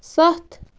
سَتھ